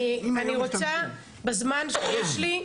אני רוצה בזמן שיש לי,